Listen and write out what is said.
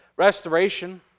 Restoration